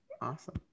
awesome